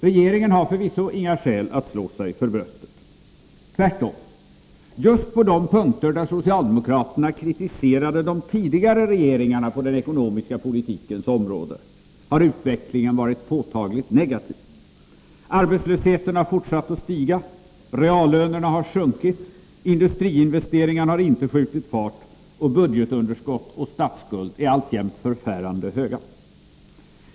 Regeringen har förvisso inga skäl att slå sig för bröstet. Tvärtom — på just de punkter där socialdemokraterna kritiserade de tidigare regeringarna på den ekonomiska politikens område har utvecklingen varit påtagligt negativ. Arbetslösheten har fortsatt att stiga, reallönerna har sjunkit, industriinvesteringarna har inte skjutit fart och budgetunderskott och statsskuld är alltjämt förfärande höga.